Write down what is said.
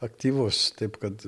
aktyvus taip kad